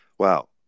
Wow